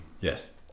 Yes